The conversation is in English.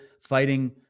fighting